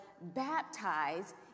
baptized